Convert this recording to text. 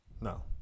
No